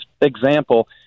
example